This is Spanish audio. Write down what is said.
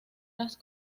las